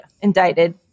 Indicted